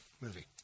movie